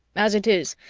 as it is,